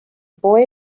boy